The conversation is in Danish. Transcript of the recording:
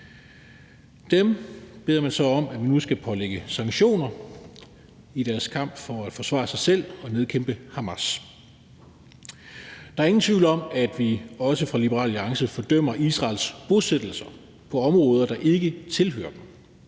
Dem beder man så om at blive pålagt sanktioner i deres kamp for at forsvare sig selv og nedkæmpe Hamas. Der er ingen tvivl om, at vi også fra Liberal Alliances side fordømmer Israels bosættelser på områder, der ikke tilhører dem